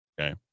okay